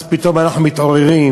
אז פתאום אנחנו מתעוררים: